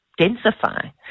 densify